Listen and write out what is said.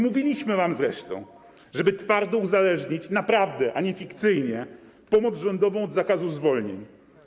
Mówiliśmy wam zresztą, żeby twardo uzależnić, naprawdę, a nie fikcyjnie, pomoc rządową od zakazu zwolnień.